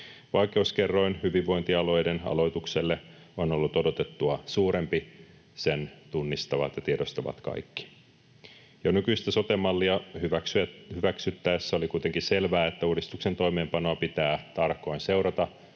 Vaikeuskerroin hyvinvointialueiden aloitukselle on ollut odotettua suurempi — sen tunnistavat ja tiedostavat kaikki. Jo nykyistä sote-mallia hyväksyttäessä oli kuitenkin selvää, että uudistuksen toimeenpanoa pitää tarkoin seurata